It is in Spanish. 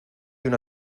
una